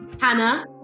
Hannah